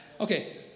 Okay